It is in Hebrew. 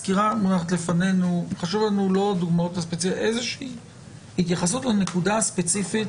חשוב לנו איזושהי התייחסות לנקודה הספציפית